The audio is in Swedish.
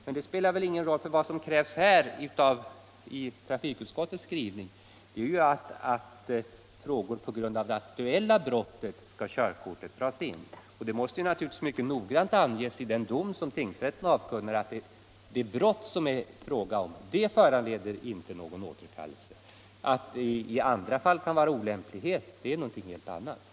Men det har ingen betydelse i de fall som trafikutskottets skrivning gäller, eftersom den avser frågor om körkortsindragning på grund av det aktuella brottet. Det måste naturligtvis mycket noggrant anges i den dom som tingsrätten meddelar, om det brott det är fråga om inte föranleder någon återkallelse. Att den i andra sammanhang och tillsammans med andra föreliggande omständigheter kan betraktas som belastande är en helt annan sak.